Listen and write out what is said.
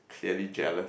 clearly jealous